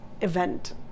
event